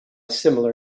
similar